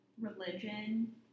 religion